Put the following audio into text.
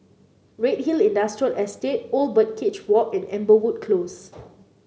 Redhill Industrial Estate Old Birdcage Walk and Amberwood Close